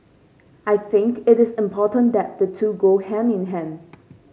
I think it is important that the two go hand in hand